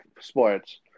sports